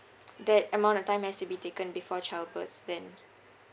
that amount of time has to be taken before childbirth then